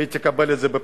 והיא תקבל את זה בפרצוף.